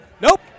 nope